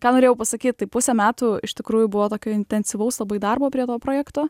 ką norėjau pasakyt tai pusę metų iš tikrųjų buvo tokio intensyvaus labai darbo prie to projekto